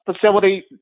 facility